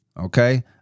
Okay